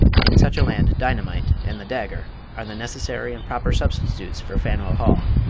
in such a land dynamite and the dagger are the necessary and proper substitutes for faneuil hall.